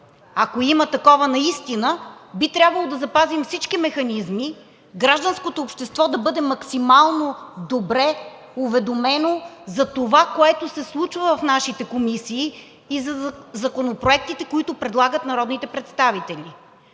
Ако има такова наистина, би трябвало да запазим всички механизми гражданското общество да бъде максимално добре уведомено за това, което се случва в нашите комисии, и за законопроектите, които предлагат народните представители.